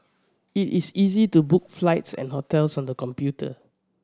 it is easy to book flights and hotels on the computer